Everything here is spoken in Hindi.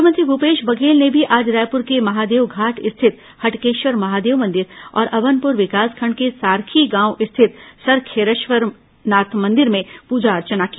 मुख्यमंत्री भूपेश बघेल ने भी आज रायपूर के महादेवघाट स्थित हटकेश्वर महादेव मंदिर और अमनपुर विकासखंड के सारखी गांव स्थित सरखेश्वरनाथ मंदिर में पुजा अर्चना की